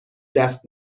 دست